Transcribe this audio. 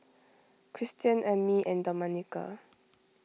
Christian Ammie and Domenica